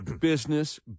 business